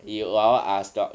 and you all are shock